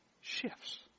shifts